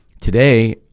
today